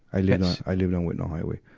i lived i lived on whitnall highway.